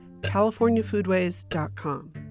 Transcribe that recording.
californiafoodways.com